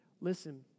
listen